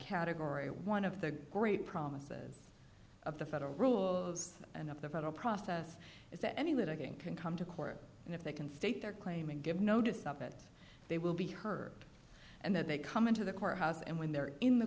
category one of the great promises of the federal rules and of the federal process is that any litigation can come to court and if they can state their claim and give notice of it they will be heard and that they come into the courthouse and when they're in the